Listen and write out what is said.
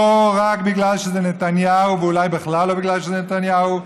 לא רק בגלל שזה נתניהו,